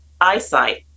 eyesight